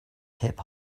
hip